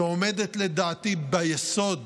שעומדת לדעתי ביסוד